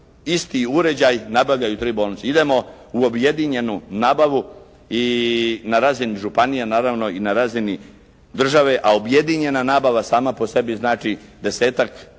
isti uređaj nabavljaju tri bolnice. Idemo u objedinjenu nabavu i na razini županije, naravno i na razini države, a objedinjena nabava sama po sebi znači desetak